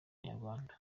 nyarwanda